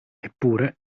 eppure